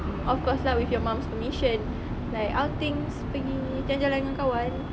of course lah with your mum's permission like outings bringing jalan jalan dengan kawan